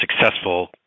successful